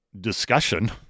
discussion